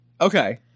okay